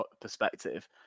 perspective